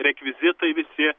rekvizitai visi